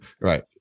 Right